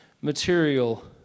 material